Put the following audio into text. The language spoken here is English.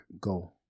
go